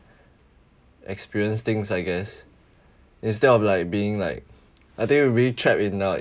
experience things I guess instead of like being like I think being trapped in like